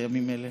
בימים אלה.